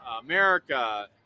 America